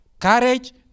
courage